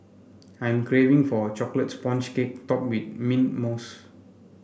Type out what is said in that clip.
I'm craving for a chocolate sponge cake topped with mint mousse